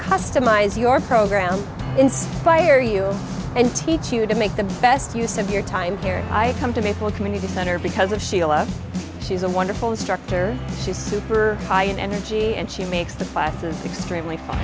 customize your program inspire you and teach you to make the best use of your time here i come to me for community center because of sheila she's a wonderful instructor she's super high in energy and she makes the classes extremely